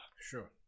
Sure